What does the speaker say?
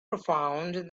profound